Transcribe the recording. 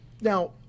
now